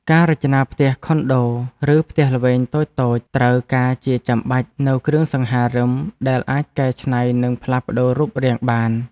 ការរចនាផ្ទះខុនដូឬផ្ទះល្វែងតូចៗត្រូវការជាចាំបាច់នូវគ្រឿងសង្ហារិមដែលអាចកែច្នៃនិងផ្លាស់ប្តូររូបរាងបាន។